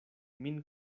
min